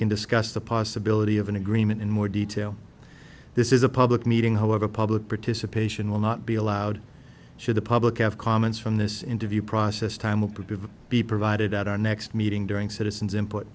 can discuss the possibility of an agreement in more detail this is a public meeting however public participation will not be allowed should the public have comments from this interview process time will probably be provided at our next meeting during citizens input